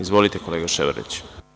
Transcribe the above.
Izvolite, kolega Ševarliću.